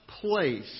place